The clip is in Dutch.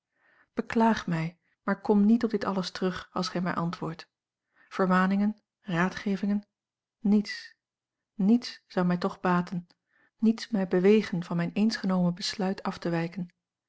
beklaag mij maar kom niet op dit alles terug als gij mij antwoordt vermaningen raadgevingen niets niets zou mij toch baten niets mij bewegen van mijn eens genomen besluit af te wijken